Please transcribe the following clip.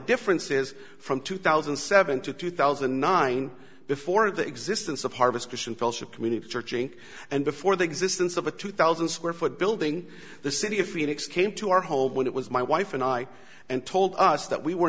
difference is from two thousand and seven to two thousand and nine before the existence of harvest christian fellowship community church inc and before the existence of a two thousand square foot building the city of phoenix came to our home when it was my wife and i and told us that we were